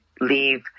leave